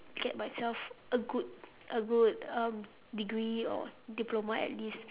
get myself a good a good um degree or diploma at least